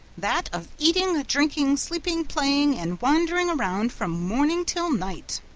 that of eating, drinking, sleeping, playing, and wandering around from morning till night.